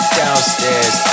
downstairs